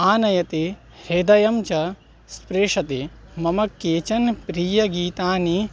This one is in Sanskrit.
आनयति हृदयं च स्पृशति मम केचन प्रियगीतानि